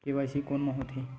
KYC कोन में होथे?